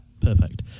Perfect